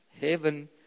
heaven